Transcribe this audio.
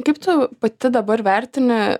kaip tu pati dabar vertini